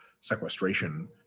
sequestration